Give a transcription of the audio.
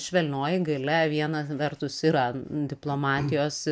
švelnioji galia viena vertus yra diplomatijos